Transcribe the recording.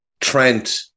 Trent